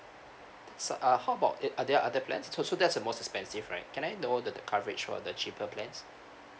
so uh how about uh are there other plans so so that's the most expensive right can I know the the coverage for the cheaper plans